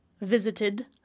visited